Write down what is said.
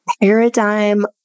paradigm